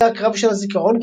בשדה הקרב של הזיכרון,